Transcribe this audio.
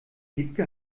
wiebke